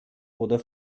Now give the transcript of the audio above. oder